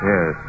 Yes